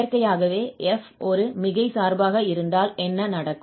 இயற்கையாகவே f ஒரு மிகை சார்பாக இருந்தால் என்ன நடக்கும்